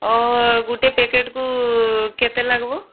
ଓହୋ ଗୋଟେ ପ୍ୟାକେଟ୍କୁ କେତେ ଲାଗିବ